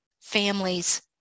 families